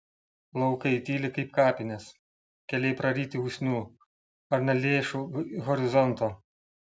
laukai tyli kaip kapinės keliai praryti usnių varnalėšų horizonto